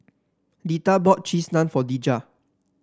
Deetta bought Cheese Naan for Dejah